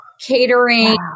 catering